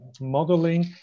modeling